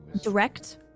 Direct